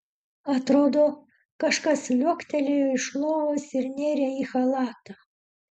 atrodo kažkas liuoktelėjo iš lovos ir nėrė į chalatą